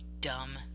dumb